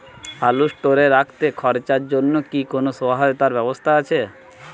আলু স্টোরে রাখতে খরচার জন্যকি কোন সহায়তার ব্যবস্থা আছে?